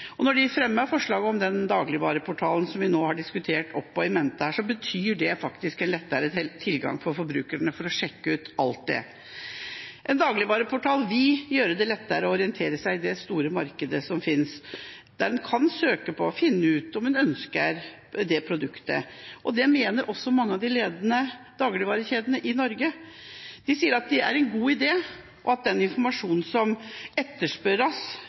Når de fremmer forslaget om den dagligvareportalen som vi nå har diskutert opp og in mente, betyr det faktisk en lettere tilgang for forbrukerne til å få sjekket alt dette. En dagligvareportal vil gjøre det lettere å orientere seg i det store markedet som finnes, der en kan søke på og finne ut om en ønsker et produkt. Det mener også mange av de ledende dagligvarekjedene i Norge. De sier at det er en god idé, og at den informasjonen som etterspørres